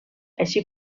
així